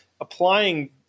applying